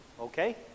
okay